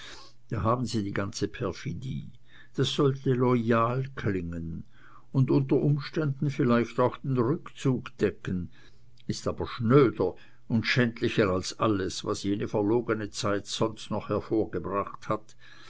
da haben sie die ganze perfidie das sollte loyal klingen und unter umständen vielleicht auch den rückzug decken ist aber schnöder und schändlicher als alles was jene verlogene zeit sonst noch hervorgebracht hat